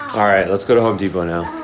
all right, let's go to home depot now.